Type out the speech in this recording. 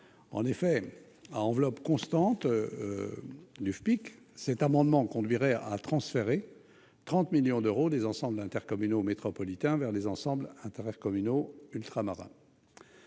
En effet, à enveloppe constante du FPIC, l'adoption de cet amendement conduirait à transférer 30 millions d'euros des ensembles intercommunaux métropolitains vers les ensembles intercommunaux ultramarins.